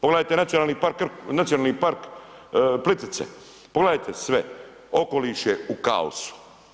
Pogledajte Nacionalni park Plitvice, pogledajte sve, okoliš je u kaosu.